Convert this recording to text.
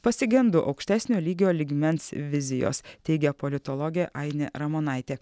pasigendu aukštesnio lygio lygmens vizijos teigia politologė ainė ramonaitė